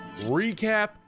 Recap